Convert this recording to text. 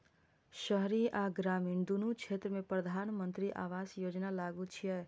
शहरी आ ग्रामीण, दुनू क्षेत्र मे प्रधानमंत्री आवास योजना लागू छै